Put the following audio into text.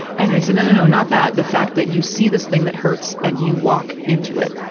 and they said, no, no, no. not that. the fact that you see this thing that hurts and you walk into it.